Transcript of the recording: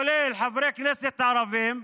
כולל חברי כנסת ערבים,